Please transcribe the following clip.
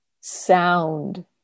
sound